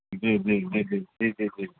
جی جی جی جی جی جی